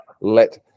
let